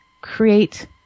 create